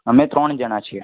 અમે ત્રણ જણા છીએ